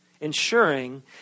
Ensuring